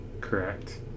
Correct